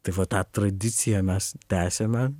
tai va tą tradiciją mes tęsiame